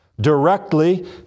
directly